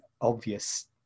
obvious